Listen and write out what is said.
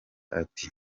ati